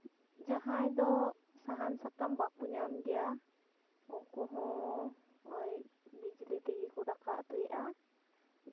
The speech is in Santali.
ᱡᱟᱦᱟᱸᱭ ᱫᱚ ᱥᱟᱦᱟᱱ ᱥᱟᱠᱟᱢ ᱵᱟᱠᱚ ᱧᱟᱢ ᱜᱮᱭᱟ ᱩᱱᱠᱩ ᱦᱚᱸ ᱱᱚᱜᱼᱚᱭ ᱵᱤᱡᱽᱞᱤ ᱛᱮᱜᱮ ᱠᱚ ᱫᱟᱠᱟ ᱩᱛᱩᱭᱮᱜᱼᱟ